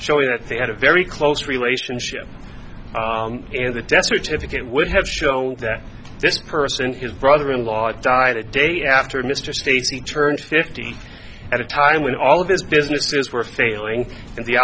showing that they had a very close relationship and a death certificate would have show that this person his brother in law died a day after mr states he turned fifty at a time when all of this businesses were failing and the